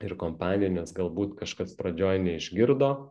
ir kompaniją nes galbūt kažkas pradžioj neišgirdo